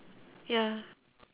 ya